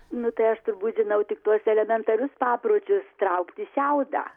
nu tai aš turbūt žinau tik tuos elementarius papročius traukti šiaudą